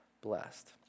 blessed